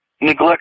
neglect